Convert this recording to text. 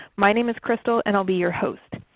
my name is crystal and i'll be your host.